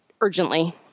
urgently